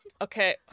Okay